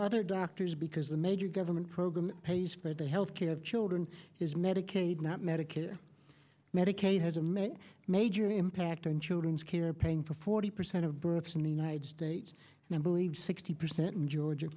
other doctors because the major government program pays for the health care of children is medicaid not medicare medicaid has a major major impact on children's care paying for forty percent of births in the united states and i believe sixty percent in georgia